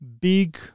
big